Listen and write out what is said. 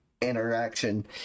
interaction